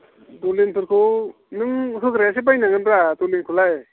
दलिनफोरखौ नों होग्रायासो बायनांगोब्रा दलिनखौलाय